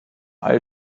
all